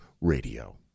radio